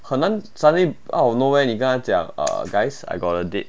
可能 suddenly out of nowhere 你跟他讲 uh guys I got a date